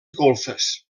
golfes